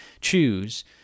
choose